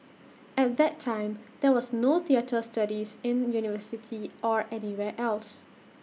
at that time there was no theatre studies in university or anywhere else